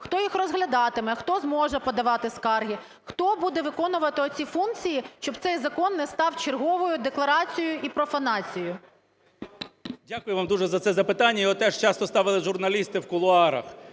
хто їх розглядатиме, хто зможе подавати скарги? Хто буде виконувати оці функції, щоб цей закон не став черговою декларацією і профанацією? 13:23:04 КНЯЖИЦЬКИЙ М.Л. Дякую вам дуже за це запитання, його теж часто ставили журналісти в кулуарах.